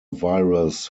virus